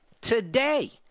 Today